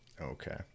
Okay